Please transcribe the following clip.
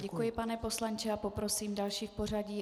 Děkuji, pane poslanče, a poprosím další v pořadí.